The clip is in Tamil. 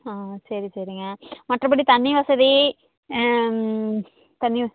ஆ சரி சரிங்க மற்றபடி தண்ணி வசதி தண்ணி வ